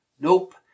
Nope